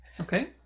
Okay